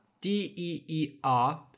d-e-e-r